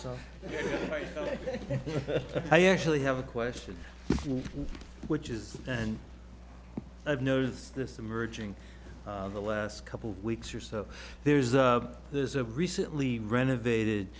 ok i actually have a question which is and i've noticed this emerging in the last couple of weeks or so there's a there's a recently renovated